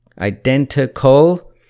identical